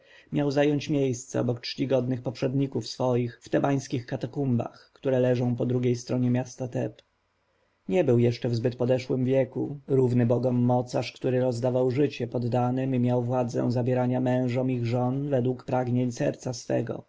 miał zająć miejsce obok czcigodnych poprzedników swoich w tebańskich katakumbach które leżą po drugiej stronie miasta teb nie był jeszcze zbyt podeszły wiek równego bogom mocarza który rozdawał życie poddanym i miał władzę zabierania mężom ich żon według pragnień serca swego